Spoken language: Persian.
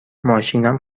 ماشینم